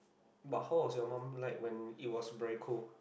but how was your mum like when it was very cool